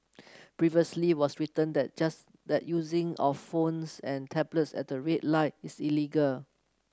previously was written that just that using of phones and tablets at the red light is illegal